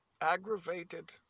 aggravated